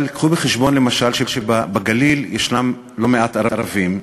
הביאו בחשבון, למשל, שבגליל יש לא מעט ערבים,